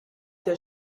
der